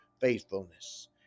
faithfulness